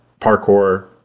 parkour